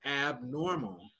abnormal